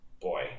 boy